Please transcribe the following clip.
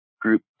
group